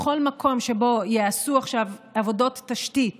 בכל מקום שבו ייעשו עכשיו עבודות תשתית